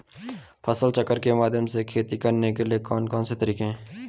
फसल चक्र के माध्यम से खेती करने के लिए कौन कौन से तरीके हैं?